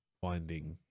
finding